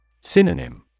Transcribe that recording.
Synonym